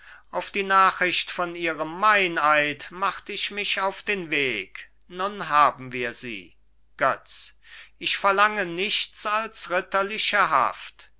auf die nachricht von ihrem meineid macht ich mich auf den weg nun haben wir sie götz ich verlange nichts als ritterliche haft